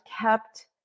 kept